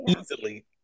Easily